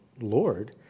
Lord